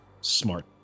smart